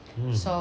hmm